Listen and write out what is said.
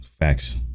facts